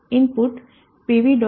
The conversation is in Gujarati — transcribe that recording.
net pv